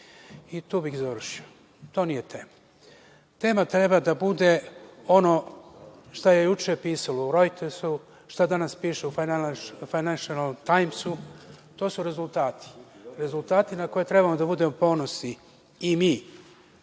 bih završio. To nije tema. Tema treba da bude ono što je juče pisalo u „Rojtersu“, šta danas piše u „Fajnešel tajmsu“, to su rezultati. Rezultati ne koje treba da budemo ponosni i mi